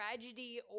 tragedy